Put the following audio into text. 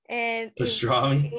Pastrami